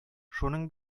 шуның